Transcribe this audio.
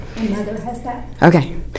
Okay